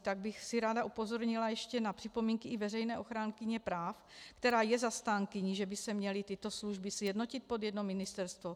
Ráda bych upozornila ještě na připomínky i veřejné ochránkyně práv, která je zastánkyní, že by se měly tyto služby sjednotit pod jedno ministerstvo.